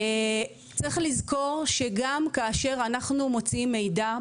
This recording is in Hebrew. צריך לזכור שגם כאשר אנחנו מוציאים מידע,